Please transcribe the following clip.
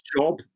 job